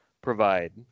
provide